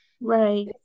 Right